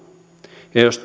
ja jos